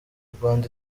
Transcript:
rwanda